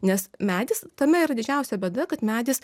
nes medis tame yra didžiausia bėda kad medis